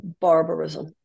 barbarism